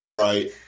Right